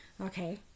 Okay